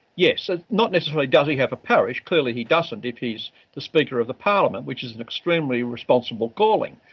yes. so not necessarily does he have a parish. clearly he doesn't, if he's the speaker of the parliament, which is an extremely responsible calling.